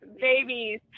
babies